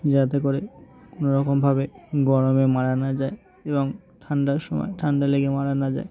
যাতে করে কোনো রকমভাবে গরমে মারা না যায় এবং ঠান্ডার সময় ঠান্ডা লেগে মারা না যায়